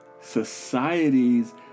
societies